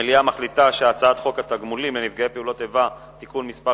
המליאה מחליטה שהצעת חוק התגמולים לנפגעי פעולות איבה (תיקון מס'